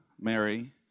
Mary